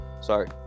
Sorry